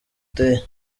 uteye